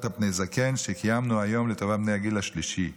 פני זקן" שקיימנו היום לטובת בני הגיל השלישי,